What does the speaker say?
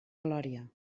glòria